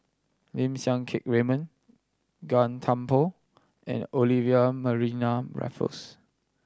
Lim Siang Keat Raymond Gan Thiam Poh and Olivia Mariamne Raffles